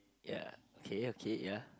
ya okay okay ya